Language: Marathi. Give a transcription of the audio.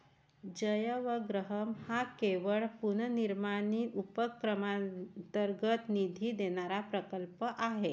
जयवग्रहम हा केरळ पुनर्निर्माण उपक्रमांतर्गत निधी देणारा प्रकल्प आहे